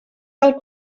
del